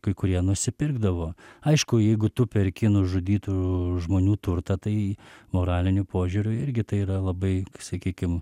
kai kurie nusipirkdavo aišku jeigu tu perki nužudytų žmonių turtą tai moraliniu požiūriu irgi tai yra labai sakykim